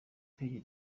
page